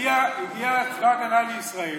הגיע צבא ההגנה לישראל